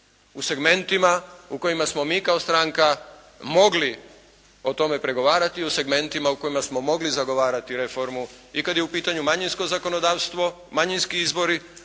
U segmentima u kojima smo mi kao stranka mogli o tome pregovarati, u segmentima u kojima smo mogli zagovarati reformu i kad je u pitanju manjinsko zakonodavstvo, manjinski izvori